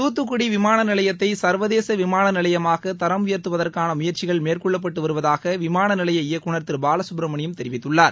தூத்துக்குடி விமாள நிலையத்தை சர்வதேச விமாள நிலையமாக தரம் உயர்த்துவதற்கான முயற்சிகள் மேற்கொள்ளப்பட்டு வருவதாக விமான நிலைய இயக்குநர் திரு பாலசுப்பிரமணியம் தெரிவித்துள்ளார்